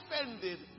offended